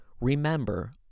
Remember